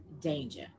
danger